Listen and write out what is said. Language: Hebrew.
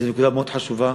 וזו נקודה מאוד חשובה,